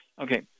Okay